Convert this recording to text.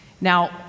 Now